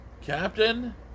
Captain